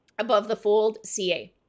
AboveTheFoldCA